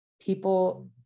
people